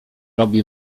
robi